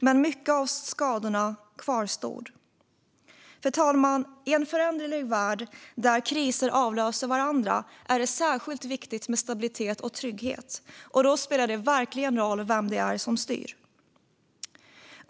Men mycket av skadorna kvarstod. Fru talman! I en föränderlig värld där kriser avlöser varandra är det särskilt viktigt med stabilitet och trygghet, och då spelar det verkligen roll vem det är som styr.